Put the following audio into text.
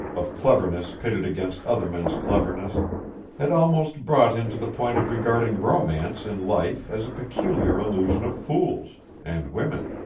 of cleverness pitted against other men's cleverness had almost brought him to the point of regarding romance in life as a peculiar illusion of fools and women.